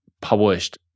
published